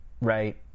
Right